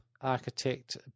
architect